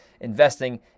investing